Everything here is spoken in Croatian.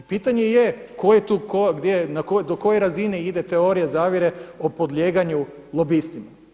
I pitanje je tko je tu tko, gdje, do koje razine ide teorija zavjere o podlijeganju lobistima.